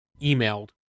emailed